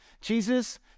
Jesus